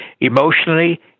emotionally